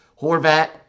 Horvat